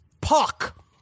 Puck